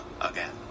again